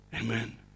Amen